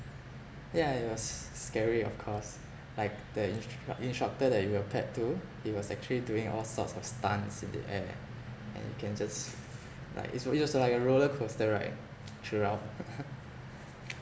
yeah it was scary of course like the instruc~ instructor that you were paired to he was actually doing all sorts of stance in the air and you can just like it's al~ it's also like a roller coaster ride throughout